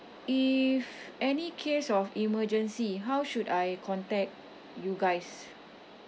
if any case of emergency how should I contact you guys